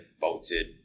bolted